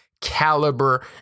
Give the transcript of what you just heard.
caliber